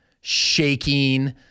shaking